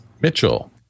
Mitchell